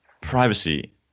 privacy